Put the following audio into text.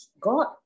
God